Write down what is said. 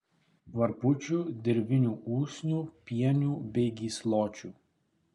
varpučių dirvinių usnių pienių bei gysločių